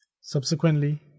Subsequently